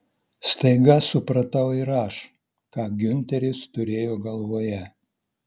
staiga supratau ir aš ką giunteris turėjo galvoje